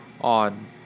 on